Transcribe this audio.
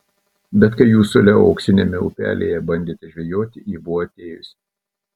bet kai jūs su leo auksiniame upelyje bandėte žvejoti ji buvo atėjusi